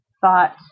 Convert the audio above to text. thought